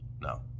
No